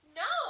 no